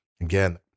Again